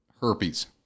Herpes